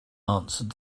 answered